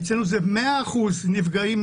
אצלנו זה 100% נפגעים,